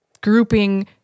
grouping